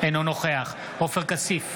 אינו נוכח עופר כסיף,